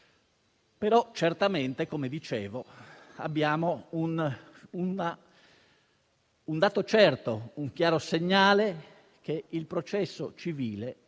mali, tuttavia, come dicevo, abbiamo un dato certo, un chiaro segnale: il processo civile